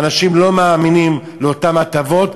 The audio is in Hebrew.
האנשים לא מאמינים לאותן הטבות,